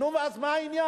נו, אז מה העניין?